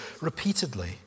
repeatedly